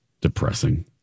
depressing